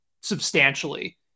substantially